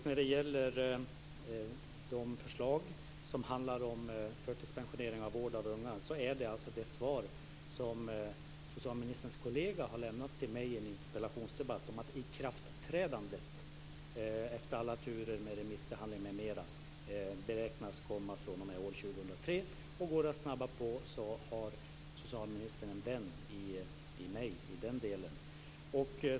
När det gäller förslagen om förtidspensionering av unga har jag i en interpellationsdebatt fått ett besked från socialministerns kollega om att ikraftträdandet efter alla turer med remissbehandling m.m. beräknas ske år 2003. Om socialministern kan snabba på detta står jag bakom honom i det avseendet.